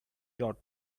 ought